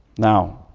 now.